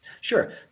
Sure